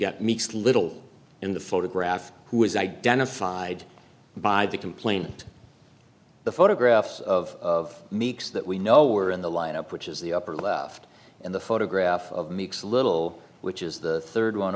get makes little in the photograph who is identified by the complaint the photographs of meeks that we know were in the lineup which is the upper left in the photograph of meeks little which is the third one